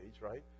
right